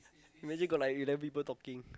imagine got like eleven people talking